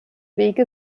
wege